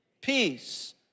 peace